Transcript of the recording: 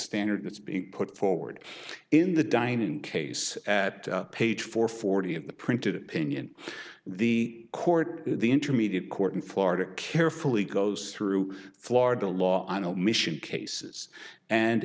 standard that's being put forward in the dining case at page four forty of the printed opinion the court the intermediate court in florida carefully goes through florida law on omission cases and